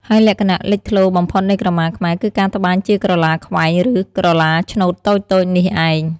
ហើយលក្ខណៈលេចធ្លោបំផុតនៃក្រមាខ្មែរ គឺការត្បាញជាក្រឡាខ្វែង ឬក្រឡាឈ្នូតតូចៗនេះឯង។